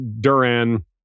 Duran